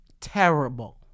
terrible